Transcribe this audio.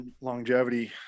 longevity